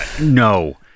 no